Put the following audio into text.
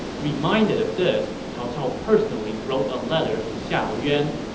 reminded of this, cao cao personally wrote a letter to xiahou yuan.